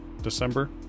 december